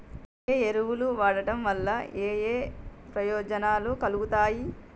ఏ ఎరువులు వాడటం వల్ల ఏయే ప్రయోజనాలు కలుగుతయి?